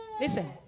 Listen